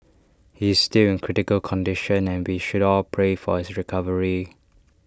he is still in critical condition and we should all pray for his recovery